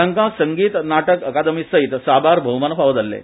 तांका संगीत नाटक अकादमीसयत साबार भौमान फावो जाल्ले